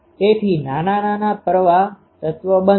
તેથી નાના નાના પ્રવાહ તત્વ બનશે